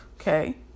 okay